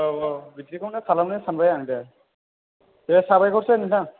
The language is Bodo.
औ औ बिदिखौनो खालामनो सानबाय आं दे दे साबायखरसै नोंथां